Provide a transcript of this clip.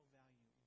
value